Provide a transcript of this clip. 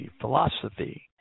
philosophy